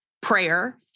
prayer